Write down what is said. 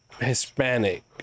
Hispanic